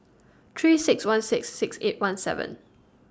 three six one six six eight one seven